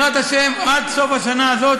עד סוף השנה הזאת,